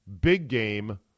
big-game